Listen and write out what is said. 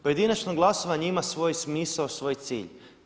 Pojedinačno glasovanje ima svoj smisao, svoj cilj.